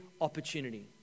opportunity